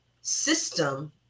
system